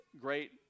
great